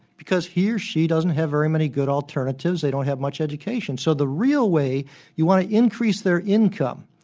because he or she doesn't have very many good alternatives. they don't have much education. so the real way you want to increase their income